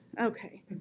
Okay